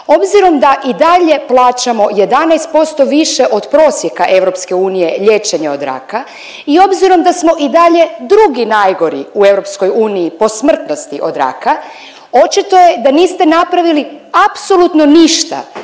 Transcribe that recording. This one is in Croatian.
Obzirom da i dalje plaćamo 11% više od prosjeka EU liječenje od raka, i obzirom i da smo i dalje drugi najgori u EU po smrtnosti od raka očito je da niste napravili apsolutno ništa